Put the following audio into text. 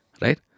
Right